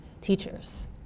teachers